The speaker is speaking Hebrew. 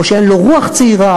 או שאין לו רוח צעירה,